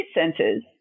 centers